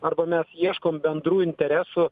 arba mes ieškom bendrų interesų